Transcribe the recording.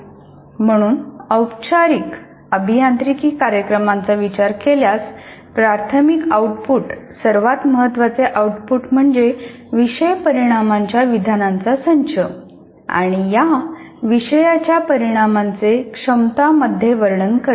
म्हणून औपचारिक अभियांत्रिकी कार्यक्रमांचा विचार केल्यास प्राथमिक आऊटपुट सर्वात महत्वाचे आउटपुट म्हणजे विषय परिणामांच्या विधानांचा संच आणि या विषयाच्या परिणामांचे क्षमता मध्ये वर्णन करणे